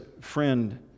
friend